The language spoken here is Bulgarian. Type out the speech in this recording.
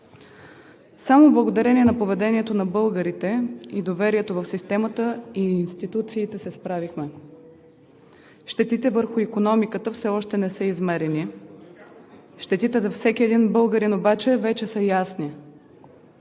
Само благодарение на поведението на българите и доверието в системата и институциите се справихме. Щетите върху икономиката все още не са измерени. Щетите за всеки един българин обаче са ясни.